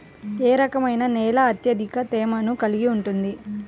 ఏ రకమైన నేల అత్యధిక తేమను కలిగి ఉంటుంది?